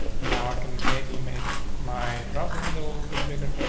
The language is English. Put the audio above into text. now, i can maybe make my brother with a little bit bigger,